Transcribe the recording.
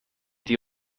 die